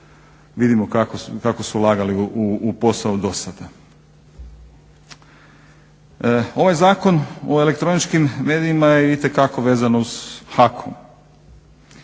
Vidimo kako su ulagali u posao do sada. Ovaj zakon o elektroničkim medijima je itekako vezan uz